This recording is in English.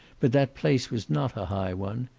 but that place was not a high one.